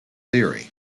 theory